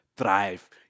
drive